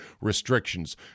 restrictions